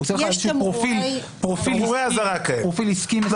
והוא עושה לך איזה פרופיל עסקי מסוים,